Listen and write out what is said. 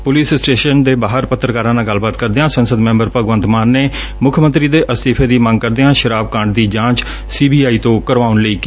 police station ਦੇ ਬਾਹਰ ਪੱਤਰਕਾਰਾ ਨਾਲ ਗਲਬਾਤ ਕਰਦਿਆਂ ਸੰਸਦ ਮੈ ਬਰ ਭਗਵੰਤ ਮਾਨ ਨੇ ਮੁੱਖ ਮੰਤਰੀ ਦੇ ਅਸਤੀਫੇ ਦੀ ਮੰਗ ਕਰਦਿਆਂ ਸ਼ਰਾਬ ਕਾਂਡ ਦੀ ਜਾਂਚ ਸੀ ਬੀ ਆਈ ਤੋਂ ਕਰਵਾਉਣ ਲਈ ਕਿਹਾ